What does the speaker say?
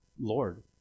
Lord